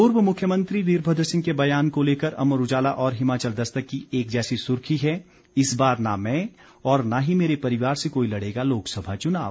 पूर्व मुख्यमंत्री वीरमद्र सिंह के बयान को लेकर अमर उजाला और हिमाचल दस्तक की एक जैसी सुर्खी है इस बार न मैं और न ही मेरे परिवार से कोई लड़ेगा लोकसभा चुनाव